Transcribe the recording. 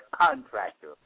contractor